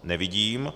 Nevidím.